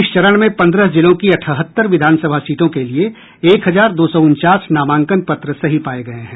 इस चरण में पन्द्रह जिलों की अठहत्तर विधानसभा सीटों के लिए एक हजार दो सौ उनचास नामांकन पत्र सही पाये गये हैं